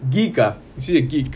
geek ah is he a geek